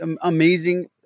amazing